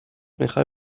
میخوای